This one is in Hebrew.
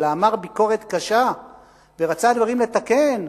אלא אמר ביקורת קשה ורצה לתקן דברים,